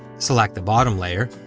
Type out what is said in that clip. select the bottom layer,